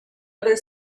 other